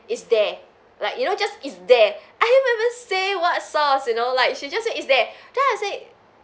it's there like you know just it's there I haven't even say what sauce you know like she just say it's there then I say